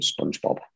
Spongebob